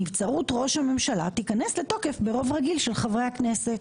נבצרות ראש הממשלה תיכנס לתוקף ברוב רגיל של חברי הכנסת.